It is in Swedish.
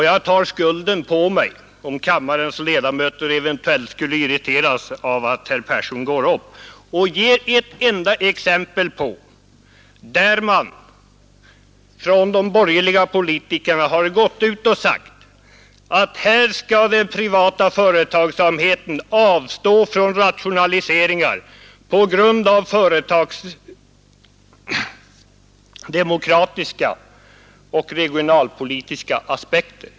Jag tar skulden på mig om kammarens ledamöter eventuellt skulle irriteras av att herr Persson tar till orda och ger ett enda exempel på att de borgerliga politikerna har sagt att den privata företagsamheten skall avstå från rationaliseringar med hänsyn till företagsdemokratiska och regionalpolitiska aspekter.